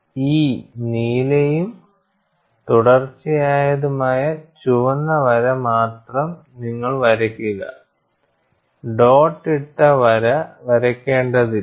ഈ നീലയും തുടർച്ചയായതുമായ ചുവന്ന വര മാത്രം നിങ്ങൾ വരയ്ക്കുക ഡോട്ട് ഇട്ട വര വരയ്ക്കേണ്ടതില്ല